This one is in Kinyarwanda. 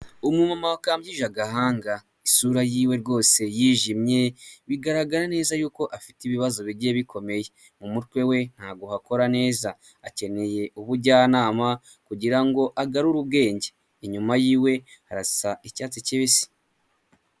Umuntu wakambije agahanga isura yiwe rwose yijimye, bigaragara neza yuko afite ibibazo bigiye bikomeye, mu mutwe we ntabwo hakora neza, akeneye ubujyanama kugira ngo agarure ubwenge, inyuma yiwe harasa icyatsi kibisi.